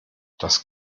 das